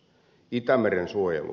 itämeren suojelu ed